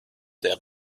der